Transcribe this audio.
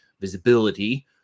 visibility